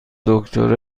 دکتر